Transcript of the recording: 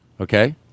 Okay